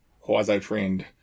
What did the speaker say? quasi-trained